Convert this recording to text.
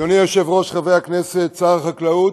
אדוני היושב-ראש, חברי הכנסת, שר החקלאות,